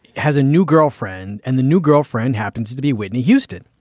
has a new girlfriend and the new girlfriend happens to be whitney houston.